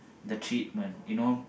the treatment you know